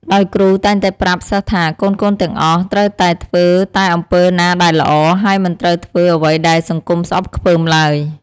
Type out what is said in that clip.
ដោយគ្រូតែងតែប្រាប់សិស្សថា កូនៗទាំងអស់ត្រូវតែធ្វើតែអំពើណាដែលល្អ ហើយមិនត្រូវធ្វើអ្វីដែលសង្គមស្អប់ខ្ពើមឡើយ។